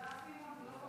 תודה, סימון.